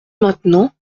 maintenant